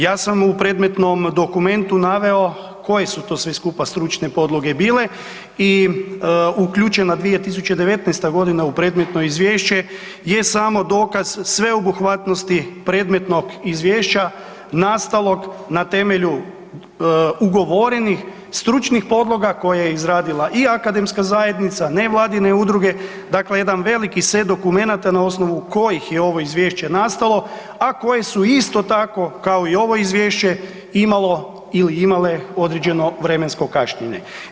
Ja sam u predmetnom dokumentu naveo koje su to sve skupa stručne podloge bile i uključena 2019.g. u predmetno izvješće je samo dokaz sveobuhvatnosti predmetnog izvješća nastalog na temelju ugovorenih i stručnih podloga koje je izradila i akademska zajednica, nevladine udruge, dakle jedan veliki set dokumenata na osnovu kojih je ovo izvješće nastalo, a koje su isto tako kao i ovo izvješće imalo ili imale određeno vremensko kašnjenje.